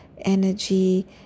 energy